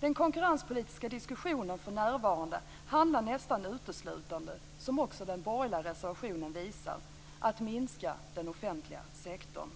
Den konkurrenspolitiska diskussionen är för närvarande nästan uteslutande - som också den borgerliga reservationen visar - inriktad på att minska den offentliga sektorn.